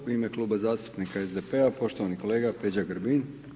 U ime Kluba zastupnika SDP-a poštovani kolega Peđa Grbin.